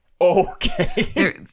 Okay